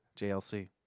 JLC